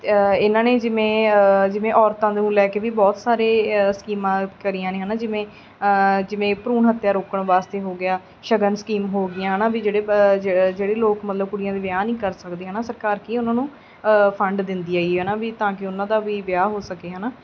ਇਹਨਾਂ ਨੇ ਜਿਵੇਂ ਜਿਵੇਂ ਔਰਤਾਂ ਨੂੰ ਲੈ ਕੇ ਵੀ ਬਹੁਤ ਸਾਰੀਆਂ ਸਕੀਮਾਂ ਕਰੀਆਂ ਨੇ ਹੈ ਨਾ ਜਿਵੇਂ ਜਿਵੇਂ ਭਰੂਣ ਹੱਤਿਆ ਰੋਕਣ ਵਾਸਤੇ ਹੋ ਗਿਆ ਸ਼ਗਨ ਸਕੀਮ ਹੋ ਗਈਆਂ ਹੈ ਨਾ ਵੀ ਜਿਹੜੇ ਜ ਜਿਹੜੇ ਲੋਕ ਮਤਲਬ ਕੁੜੀਆਂ ਦੇ ਵਿਆਹ ਨਹੀਂ ਕਰ ਸਕਦੇ ਹੈ ਨਾ ਸਰਕਾਰ ਕੀ ਆ ਉਹਨਾਂ ਨੂੰ ਫੰਡ ਦਿੰਦੀ ਹੈਗੀ ਹੈ ਨਾ ਵੀ ਤਾਂ ਕਿ ਉਹਨਾਂ ਦਾ ਵੀ ਵਿਆਹ ਹੋ ਸਕੇ ਹੈ ਨਾ